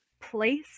place